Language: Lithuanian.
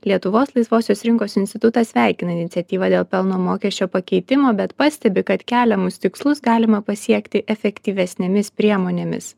lietuvos laisvosios rinkos institutas sveikina iniciatyvą dėl pelno mokesčio pakeitimo bet pastebi kad keliamus tikslus galima pasiekti efektyvesnėmis priemonėmis